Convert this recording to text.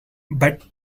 but